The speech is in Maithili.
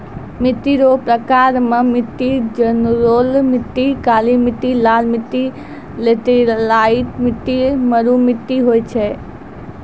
मिट्टी रो प्रकार मे मट्टी जड़ोल मट्टी, काली मट्टी, लाल मट्टी, लैटराईट मट्टी, मरु मट्टी होय छै